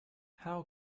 how